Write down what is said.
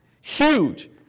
Huge